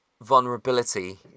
vulnerability